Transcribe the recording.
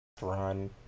run